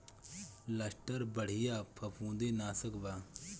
Luster बढ़िया फंफूदनाशक बा